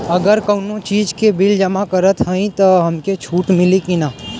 अगर कउनो चीज़ के बिल जमा करत हई तब हमके छूट मिली कि ना?